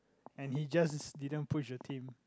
and he just didn't push the team